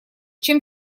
чем